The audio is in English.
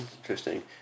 Interesting